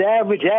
Average